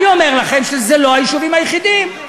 אני אומר לכם שאלה לא היישובים היחידים,